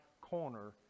corner